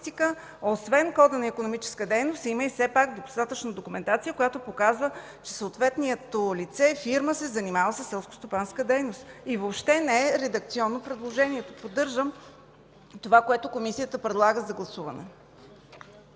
освен кода на икономическа дейност има и достатъчно документация, която показва, че съответното лице, фирма се занимава със селскостопанска дейност. Предложението въобще не е редакционно. Поддържам това, което Комисията предлага да гласуваме.